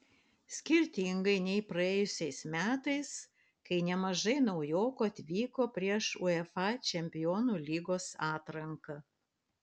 skirtingai nei praėjusiais metais kai nemažai naujokų atvyko prieš uefa čempionų lygos atranką